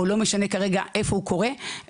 או לא משנה כרגע איפה הוא קורה,